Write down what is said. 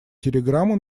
телеграмму